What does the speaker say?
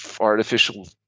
artificial